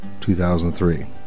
2003